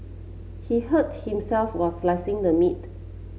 he hurt himself while slicing the meat